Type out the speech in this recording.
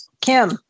Kim